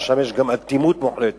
ושם יש גם אטימות מוחלטת,